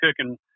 cooking